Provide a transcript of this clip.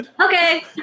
okay